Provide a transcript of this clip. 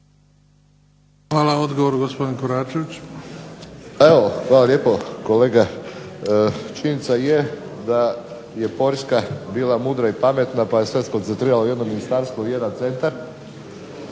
Zlatko (HNS)** Evo hvala lijepo kolega. Činjenica je da je Poljska bila mudra i pametna pa je sve skoncentrirala u jedno ministarstvo, u jedan centar,